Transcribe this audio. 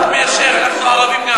אנחנו ערבים גם.